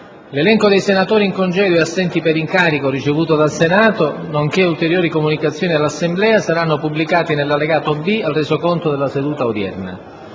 L'elenco dei senatori in congedo e assenti per incarico ricevuto dal Senato, nonché ulteriori comunicazioni all'Assemblea saranno pubblicati nell'allegato B al Resoconto della seduta odierna.